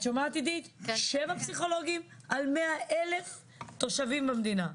שבע פסיכולוגים על 100,000 תושבים במדינה,